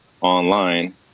online